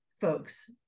folks